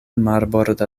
marborda